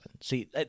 See